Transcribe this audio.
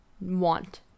want